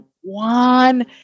one